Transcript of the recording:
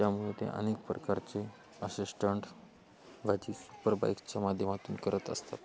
त्यामुळे ते अनेक प्रकारचे असे स्टंट्सबाजी सुपर बाईकच्या माध्यमातून करत असतात